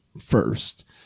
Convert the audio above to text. first